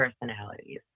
personalities